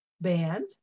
band